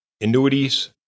Annuities